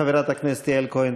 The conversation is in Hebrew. חברת הכנסת יעל כהן-פארן.